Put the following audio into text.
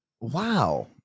wow